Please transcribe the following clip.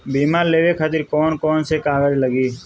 बीमा लेवे खातिर कौन कौन से कागज लगी?